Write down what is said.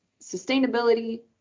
sustainability